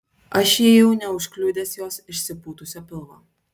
aš įėjau neužkliudęs jos išsipūtusio pilvo